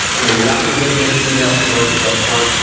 you know you're not going to get as many email conversions upfront,